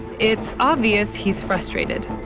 it's obvious he's frustrated.